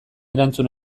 erantzun